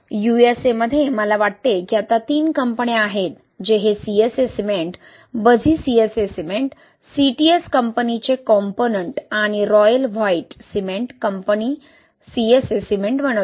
USA मध्ये मला वाटते की आता 3 कंपन्या आहेत जे हे CSA cement Buzzi CSA cement CTS कंपनीचे कॉम्पोनन्ट आणि Royal White cement company CSA cement बनवते